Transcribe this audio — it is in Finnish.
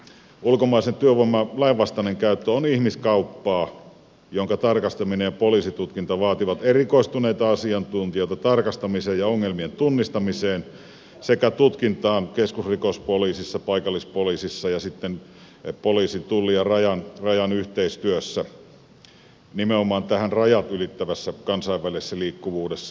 ulkomaisen työvoiman lainvastainen käyttö on ihmiskauppaa jonka tarkastaminen ja poliisitutkinta vaativat erikoistuneita asiantuntijoita tarkastamiseen ja ongelmien tunnistamiseen sekä tutkintaan keskusrikospoliisissa paikallispoliisissa ja sitten poliisin tullin ja rajan yhteistyössä nimenomaan tässä rajat ylittävässä kansainvälisessä liikkuvuudessa